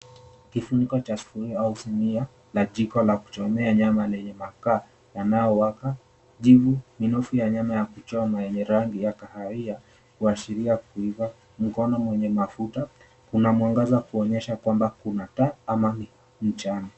Kifuniko cha sufuria au sinia la jiko ya kuchomea nyama lenye makaa yanayowaka, jivu, minofu ya nyama ya kuchoma yenye rangi ya kahawia kuashiria kuiva, mkono mwenye mafuta, kuna mwangaza kuonyesha kwamba kuna taa ama mchana.